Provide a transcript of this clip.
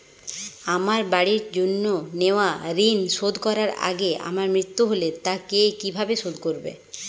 আমার বাড়ির জন্য নেওয়া ঋণ শোধ করার আগে আমার মৃত্যু হলে তা কে কিভাবে শোধ করবে?